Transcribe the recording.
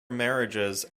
marriages